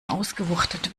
ausgewuchtet